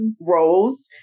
roles